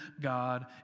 God